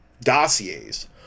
dossiers